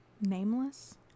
nameless